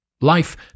Life